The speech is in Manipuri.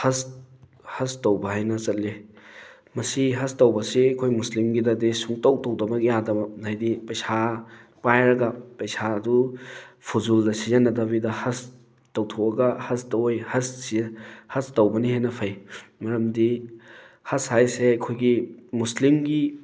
ꯍꯖ ꯍꯖ ꯇꯧꯕ ꯍꯥꯏꯅ ꯆꯠꯂꯤ ꯃꯁꯤ ꯍꯖ ꯇꯧꯕꯁꯤ ꯑꯩꯈꯣꯏ ꯃꯨꯁꯂꯤꯝꯒꯤꯗꯗꯤ ꯁꯨꯡꯇꯧ ꯇꯧꯗꯕ ꯌꯥꯗꯕ ꯍꯥꯏꯗꯤ ꯄꯩꯁꯥ ꯄꯥꯏꯔꯒ ꯄꯩꯁꯥꯗꯨ ꯐꯨꯖꯨꯜꯗ ꯁꯤꯖꯤꯟꯅꯗꯕꯤꯗ ꯍꯖ ꯇꯧꯊꯣꯛꯑꯒ ꯍꯖꯇ ꯑꯣꯏ ꯍꯖ ꯍꯖ ꯇꯧꯕꯅ ꯍꯦꯟꯅ ꯐꯩ ꯃꯔꯝꯗꯤ ꯍꯖ ꯍꯥꯏꯁꯦ ꯑꯩꯈꯣꯏꯒꯤ ꯃꯨꯁꯂꯤꯝꯒꯤ